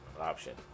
option